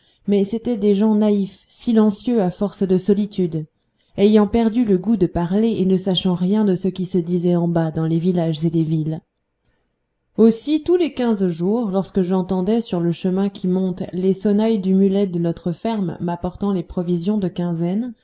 mais c'étaient des gens naïfs silencieux à force de solitude ayant perdu le goût de parler et ne sachant rien de ce qui se disait en bas dans les villages et les villes aussi tous les quinze jours lorsque j'entendais sur le chemin qui monte les sonnailles du mulet de notre ferme m'apportant les provisions de quinzaine